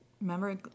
Remember